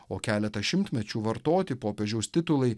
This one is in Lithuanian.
o keletą šimtmečių vartoti popiežiaus titulai